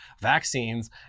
vaccines